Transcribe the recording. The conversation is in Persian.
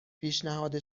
پیشنهاد